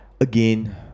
Again